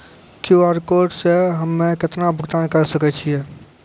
QR code से हम्मय केतना भुगतान करे सके छियै?